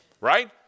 Right